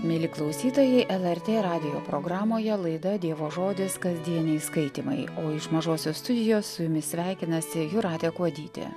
mieli klausytojai lrt radijo programoje laida dievo žodis kasdieniai skaitymai o iš mažosios studijos su jumis sveikinasi jūratė kuodytė